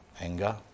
anger